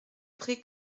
pré